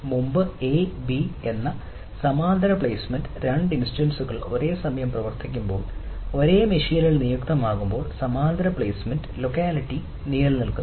മുമ്പ് A B എന്നിവ സമാന്തര പ്ലെയ്സ്മെന്റ് രണ്ട് ഇൻസ്റ്റൻസസ്കൾ ഒരേ സമയം പ്രവർത്തിക്കുമ്പോൾ ഒരേ മെഷീനിൽ നിയുക്തമാകുമ്പോൾ സമാന്തര പ്ലെയ്സ്മെന്റ് ലോക്കാലിറ്റി നിലനിൽക്കുന്നു